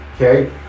okay